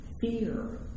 fear